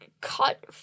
cut